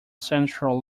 central